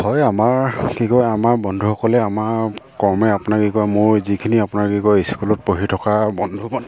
হয় আমাৰ কি কয় আমাৰ বন্ধুসকলে আমাৰ কৰ্মে আপোনাৰ কি কয় মোৰ যিখিনি আপোনাৰ কি কয় স্কুলত পঢ়ি থকা বন্ধুসকল